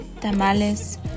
tamales